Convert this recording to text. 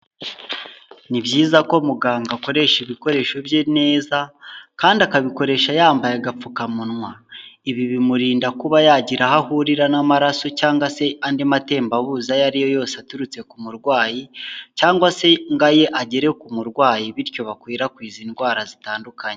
Ni byiza ko muganga akoresha ibikoresho bye neza kandi akabikoresha yambaye agapfukamunwa, ibi bimurinda kuba yagira aho ahurira n'amaraso cyangwa se andi matembabuzi ayo ari yo yose aturutse ku murwayi cyangwa se ngoye agere ku murwayi bityo bakwirakwiza indwara zitandukanye.